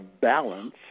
balance